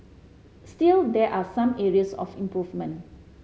still there are some areas of improvement